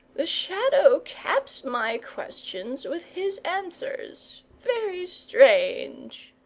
the shadow caps my questions with his answers. very strange!